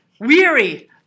weary